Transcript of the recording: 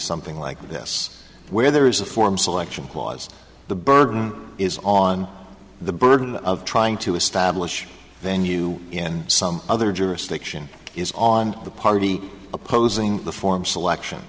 something like this where there is a form selection was the burden is on the burden of trying to establish venue in some other jurisdiction is on the party opposing the form selection